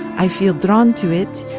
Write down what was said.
i feel drawn to it,